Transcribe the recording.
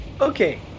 Okay